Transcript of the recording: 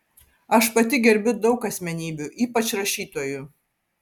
aš pati gerbiu daug asmenybių ypač rašytojų